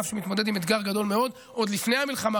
ענף שמתמודד עם אתגר גדול מאוד עוד לפני המלחמה,